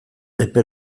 epe